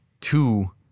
two